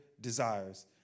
desires